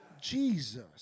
Jesus